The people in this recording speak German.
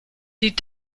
die